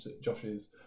Josh's